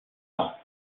ans